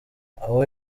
aho